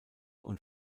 und